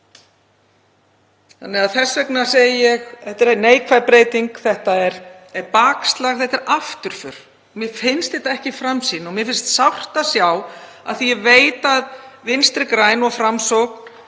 Þess vegna segi ég: Þetta er neikvæð breyting. Þetta er bakslag. Þetta er afturför. Mér finnst þetta ekki framsýni og mér finnst sárt, af því að ég veit að Vinstri græn og Framsókn